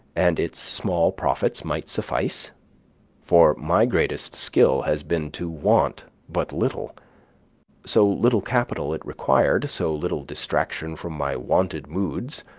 and its small profits might suffice for my greatest skill has been to want but little so little capital it required, so little distraction from my wonted moods,